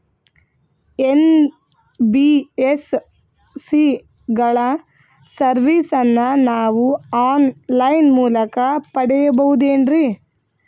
NBSC ಗಳ ಸರ್ವಿಸನ್ನ ನಾವು ಆನ್ ಲೈನ್ ಮೂಲಕ ಪಡೆಯಬಹುದೇನ್ರಿ?